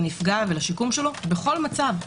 לנפגע ולשיקומו בכל מצב.